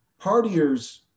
Partiers